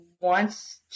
wants